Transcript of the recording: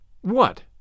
What